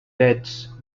debts